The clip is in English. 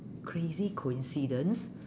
crazy coincidence